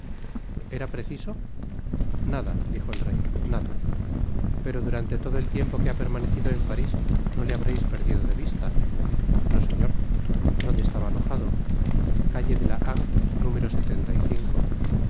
era preciso nada dijo el rey nada pero durante todo el tiempo que ha permanecido en paris no le habreis perdido de vista no sesor donde estaba alojado calle de la harpe número